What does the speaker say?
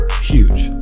huge